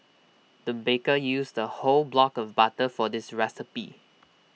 the baker used A whole block of butter for this recipe